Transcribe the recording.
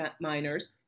miners